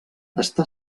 està